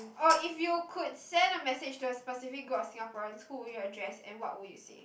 oh if you could send a message to a specific group of Singaporeans who would you address and what would you say